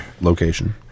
location